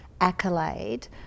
accolade